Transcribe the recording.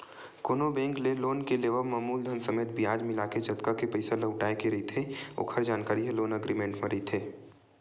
कोनो बेंक ले लोन के लेवब म मूलधन समेत बियाज मिलाके जतका के पइसा लहुटाय के रहिथे ओखर जानकारी ह लोन एग्रीमेंट म रहिथे